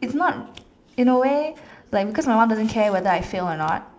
it's not in a way like because my mom doesn't care whether I fail or not